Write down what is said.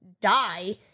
die